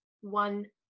one